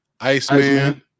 Iceman